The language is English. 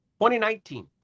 2019